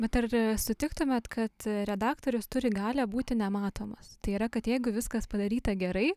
bet ar sutiktumėt kad redaktorius turi galią būti nematomastai yra kad jeigu viskas padaryta gerai